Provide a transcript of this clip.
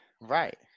right